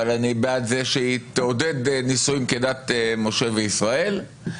אני בעד זה שהיא תעודד נישואים כדת משה וישראל,